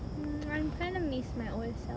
mm I kind of miss my old self